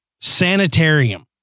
sanitarium